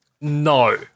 No